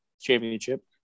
Championship